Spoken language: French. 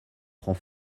prend